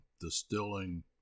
distilling